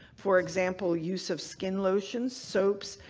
for example, use of skin lotions, soaps,